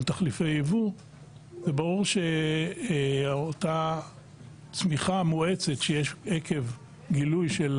תחליפי יבוא וברור שאותה צמיחה מואצת שיש עקב גילוי של